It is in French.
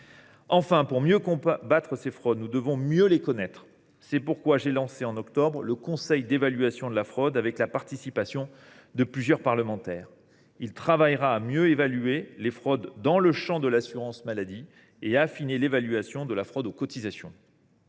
Enfin, pour mieux combattre ces fraudes, nous devons mieux les connaître. C’est pourquoi j’ai lancé, au mois d’octobre dernier, le conseil d’évaluation de la fraude, auquel participent plusieurs parlementaires. Il travaillera à mieux évaluer les fraudes dans le champ de l’assurance maladie et à affiner l’évaluation de la fraude aux cotisations.